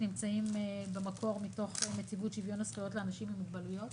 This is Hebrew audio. שנמצאים במקור מתוך נציבות שוויון זכויות לאנשים עם מוגבלויות?